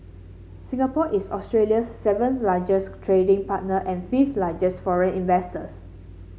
Singapore is Australia's seventh largest trading partner and fifth largest foreign investors